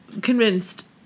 convinced